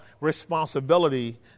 responsibility